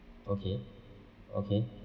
okay okay